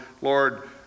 Lord